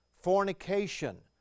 fornication